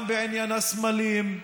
גם בעניין הסמלים,